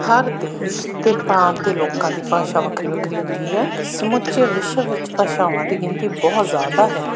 ਹਰ ਦੇਸ਼ ਅਤੇ ਪ੍ਰਾਂਤ ਦੇ ਲੋਕਾਂ ਦੀ ਭਾਸ਼ਾ ਵੱਖਰੀ ਵੱਖਰੀ ਹੁੰਦੀ ਹੈ ਸਮੁੱਚੇ ਵਿਸ਼ਵ ਵਿੱਚ ਭਾਸ਼ਾਵਾਂ ਦੀ ਗਿਣਤੀ ਬਹੁਤ ਜ਼ਿਆਦਾ ਹੈ